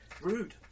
rude